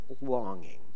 longing